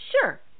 sure